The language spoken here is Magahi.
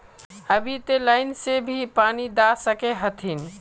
अभी ते लाइन से भी पानी दा सके हथीन?